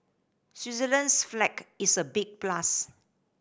Switzerland's flag is a big plus